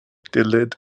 dylid